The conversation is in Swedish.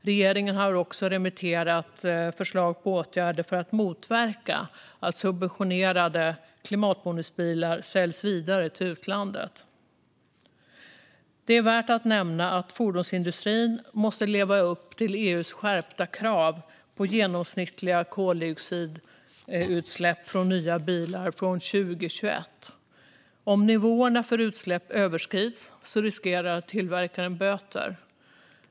Regeringen har också remitterat förslag på åtgärder för att motverka att subventionerade klimatbonusbilar säljs vidare till utlandet. Det är värt att nämna att fordonsindustrin måste leva upp till EU:s skärpta krav på genomsnittliga koldioxidutsläpp från nya bilar från 2021. Om nivåerna för utsläpp överskrids riskerar tillverkaren böter.